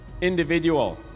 individual